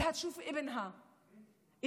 היא רוצה לראות את הבן שלה מסיים את